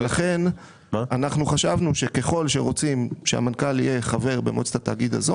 ולכן אנחנו חשבנו שככל שרוצים שהמנכ"ל יהיה חבר במועצת התאגיד הזו,